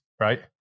right